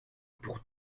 pour